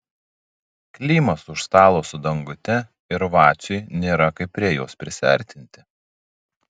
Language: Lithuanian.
klimas už stalo su dangute ir vaciui nėra kaip prie jos prisiartinti